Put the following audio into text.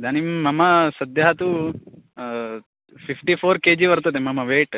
इदानीं मम सद्यः तु फ़िफ़्टि फ़ोर् केजि वर्तते मम वैट्